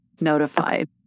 notified